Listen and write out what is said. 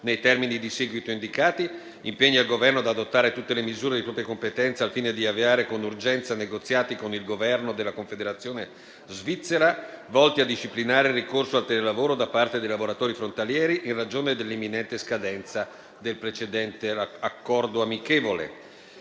nei termini di seguito indicati: «Impegna il Governo ad adottare tutte le misure di propria competenza, al fine di avviare con urgenza negoziati con il Governo della Confederazione svizzera, volti a disciplinare il ricorso al telelavoro da parte dei lavoratori frontalieri, in ragione dell'imminente scadenza del precedente Accordo amichevole.».